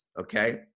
okay